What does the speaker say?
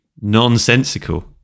nonsensical